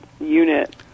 unit